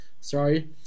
sorry